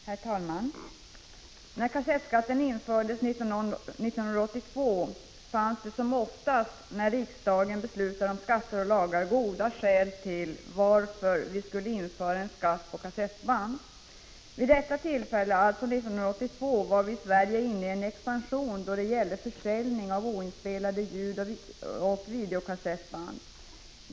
Herr talman! När kassettskatten infördes 1982 fanns det, som oftast när riksdagen beslutar om skatter och lagar, goda skäl till att vi skulle införa en skatt på kassettband. Vid detta tillfälle, alltså 1982, var vi i Sverige inne i en expansion då det gällde försäljning av oinspelade ljudoch videokassettband.